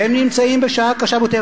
והם נמצאים בשעה קשה ביותר.